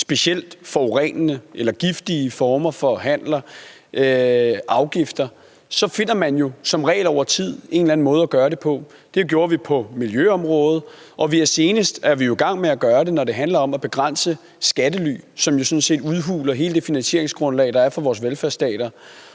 specielt forurenende eller giftige former for handler afgifter, så finder man jo som regel over tid en eller anden måde at gøre det på. Det gjorde vi på miljøområdet, og senest er vi i gang med at gøre det, når det handler om at begrænse skattely, som jo sådan set udhuler hele det finansieringsgrundlag, der er for vores velfærdsstater.